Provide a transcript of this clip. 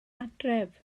adref